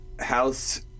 House